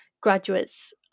graduates